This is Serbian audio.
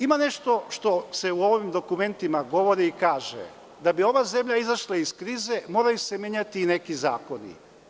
Ima nešto što se u ovim dokumentima govori i kaže – da bi ova zemlja izašla iz krize moraju se menjati neki zakoni.